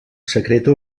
secreta